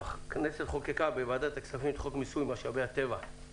אך הכנסת חוקקה את חוק מיסוי משאבי הטבע,